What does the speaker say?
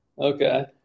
Okay